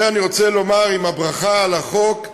לכן אני רוצה לומר, עם הברכה על החוק,